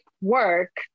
work